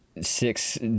six